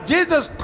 Jesus